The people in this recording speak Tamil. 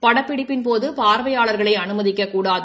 படப்பிடிப்பின்போது பார்வையாளர்களை அனுமதிக்கக்கூடாது